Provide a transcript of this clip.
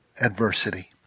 adversity